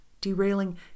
derailing